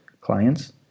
clients